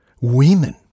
women